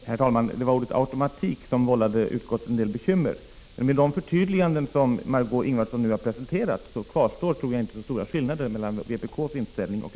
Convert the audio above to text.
Herr talman! Det var ordet automatik som vållade utskottet en del bekymmer, men med de förtydliganden som Margé Ingvardsson nu har presenterat kvarstår inte så stora skillnader mellan vpk:s inställning och